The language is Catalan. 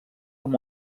amb